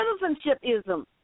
citizenshipism